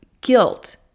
guilt